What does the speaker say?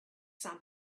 some